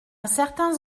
certains